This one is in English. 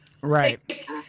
right